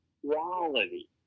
quality